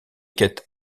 quêtes